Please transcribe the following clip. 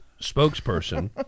spokesperson